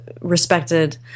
respected